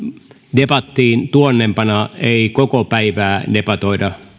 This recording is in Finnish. debattiin tuonnempana ei koko päivää debatoida